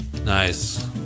Nice